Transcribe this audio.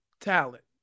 talent